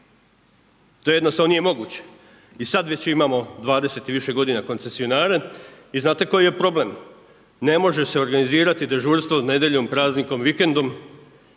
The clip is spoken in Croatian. To jednostavno nije moguće i sada već imamo 20 i više godina koncesionare i znate koji je problem? Ne može se organizirati dežurstvo nedjeljom, praznikom i vikendom,